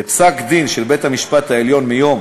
בפסק-דין של בית-המשפט העליון מיום